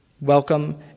welcome